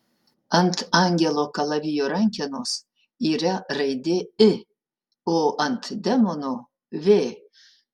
ant angelo kalavijo rankenos yra raidė i o ant demono v